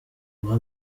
guha